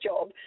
job